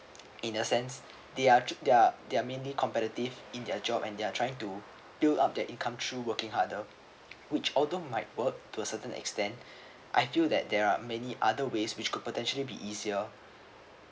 in a sense they are they're they're mainly competitive in their job and they're trying to build up their income through working harder which although might work to a certain extent I feel that there are many other ways which could potentially be easier